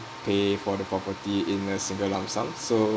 pay for the property in a single lump sum so